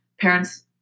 parents